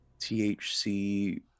thc